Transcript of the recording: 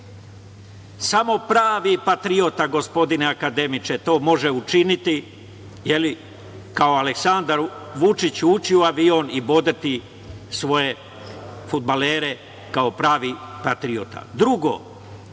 Samo pravi patriota, gospodine akademiče, to može učiniti, kao Aleksandar Vučić ući u avion i bodriti svoje fudbalere kao pravi patriota.